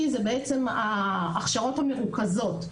הכשרות מרוכזות.